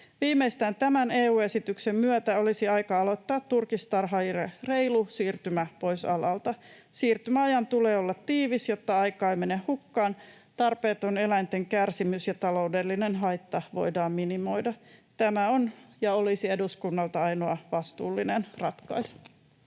Viimeistään tämän EU-esityksen myötä olisi aika aloittaa turkistarhaajille reilu siirtymä pois alalta. Siirtymäajan tulla olla tiivis, jotta aikaa ei mene hukkaan ja tarpeeton eläinten kärsimys ja taloudellinen haitta voidaan minimoida. Tämä on ja olisi eduskunnalta ainoa vastuullinen ratkaisu.